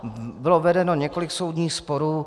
Bylo vedeno několik soudních sporů.